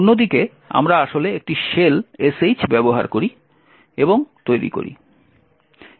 অন্যদিকে আমরা আসলে একটি শেল sh ব্যবহার করি এবং তৈরি করি